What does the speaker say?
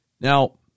Now